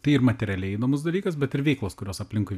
tai ir materialiai įdomus dalykas bet ir veiklos kurios aplinkui